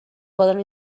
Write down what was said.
poden